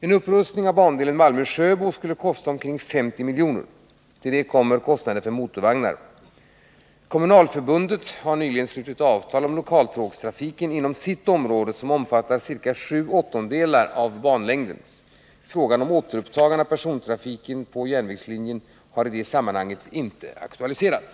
En upprustning av bandelen Malmö-Sjöbo skulle kosta omkring 50 milj.kr. Därtill kommer kostnader för motorvagnar. Kommunalförbundet har nyligen slutit avtal om lokaltågstrafiken inom sitt område som omfattar ca sju åttondelar av banlängden. Frågan om återupptagande av persontrafiken på järnvägslinjen har i det sammanhanget inte aktualiserats.